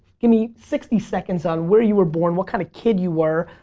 give me sixty seconds on where you are born what kind of kid you were,